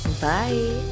bye